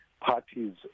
parties